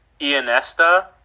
Ianesta